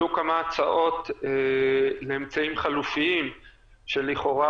עלו כמה הצעות לאמצעים חלופיים שלכאורה